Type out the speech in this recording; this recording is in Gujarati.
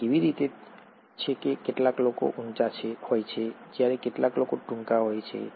અને તે કેવી રીતે છે કે કેટલાક લોકો ઊંચા હોય છે જ્યારે કેટલાક લોકો ટૂંકા હોય છે